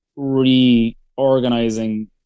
reorganizing